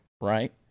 Right